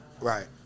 Right